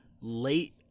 late